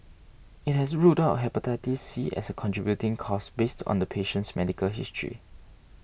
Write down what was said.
it has ruled out Hepatitis C as a contributing cause based on the patient's medical history